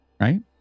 right